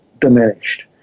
diminished